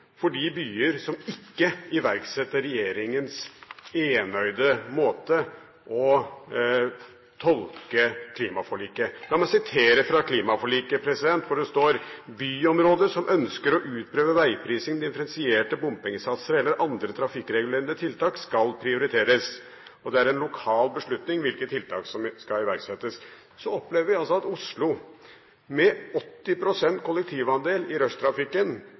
for de byer som ikke iverksetter regjeringens enøyde måte å tolke klimaforliket på. La meg sitere fra klimaforliket, hvor det står: «Byområder som ønsker å utprøve veiprising, differensierte bompengesatser eller andre trafikkregulerende tiltak, skal prioriteres.» Det er en lokal beslutning hvilke tiltak som skal iverksettes. Så opplever vi altså at Oslo, med 80 pst. kollektivandel i